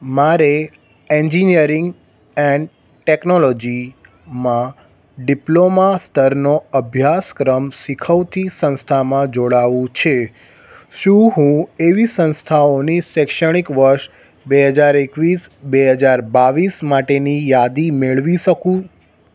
મારે engineering and ટેક્નોલોજીમાં diploma સ્તરનો અભ્યાસક્રમ શીખવતી સંસ્થામાં જોડાવવું છે શું હું એવી સંસ્થાઓની શૈક્ષણિક વર્ષ બે હજાર એકવીસ બે હજાર બાવીસ માટેની યાદી મેળવી શકું